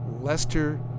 Lester